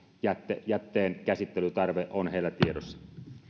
jätteen käsittelytarve on heillä tiedossa